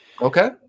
Okay